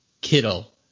Kittle